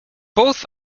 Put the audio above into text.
both